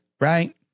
right